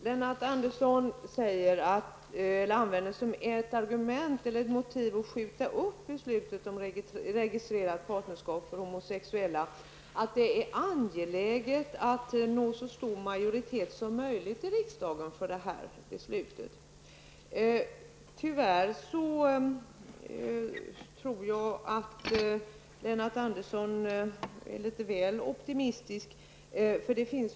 Herr talman! Ett motiv för Lennart Andersson när det gäller att skjuta på beslutet om registrerat partnerskap för homosexuella är, som han säger, att det är angeläget att uppnå så stor majoritet som möjligt i riksdagen. Men jag tror nog att Lennart Andersson är litet väl optimistisk på den punkten.